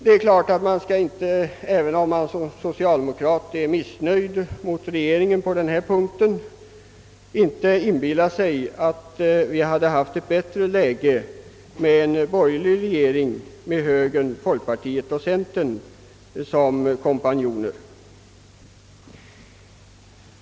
Man skall givetvis inte, även om man som socialdemokrat är missnöjd med regeringen på denna punkt, inbilla sig att vi hade haft ett bättre läge med en borgerlig regering med högern, folkpartiet och centern som kompanjoner.